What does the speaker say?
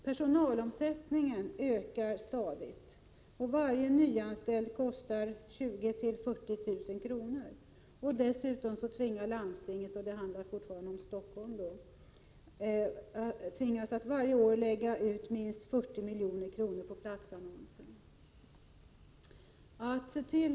Personalomsättningen ökar stadigt, och varje nyanställd kostar 20 000 40 000 kr. Dessutom tvingas landstinget — det handlar fortfarande om Stockholm — att varje år lägga ut minst 40 milj.kr. på platsannonser.